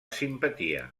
simpatia